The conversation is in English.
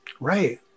Right